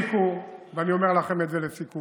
תפסיקו, ואני אומר לכם את זה לסיכום,